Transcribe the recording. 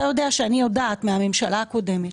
אני יודעת מהממשלה הקודמת,